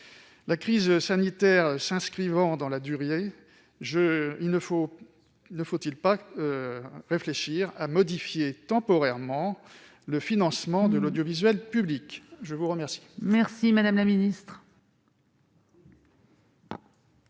La crise sanitaire s'inscrivant dans la durée, ne faut-il pas réfléchir à modifier, temporairement, le financement de l'audiovisuel public ? La parole est à Mme la secrétaire